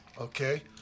Okay